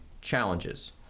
challenges